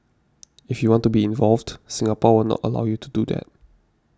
if you want to be involved Singapore will not allow you to do that